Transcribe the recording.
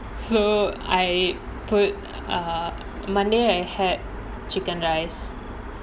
so I put err monday I had chicken rice